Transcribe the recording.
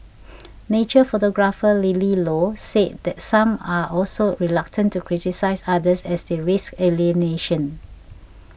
nature photographer Lily Low said that some are also reluctant to criticise others as they risk alienation